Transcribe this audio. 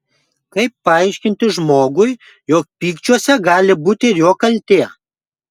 kaip paaiškinti žmogui jog pykčiuose gali būti ir jo kaltė